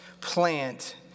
plant